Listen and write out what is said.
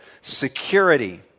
security